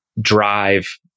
drive